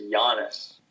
Giannis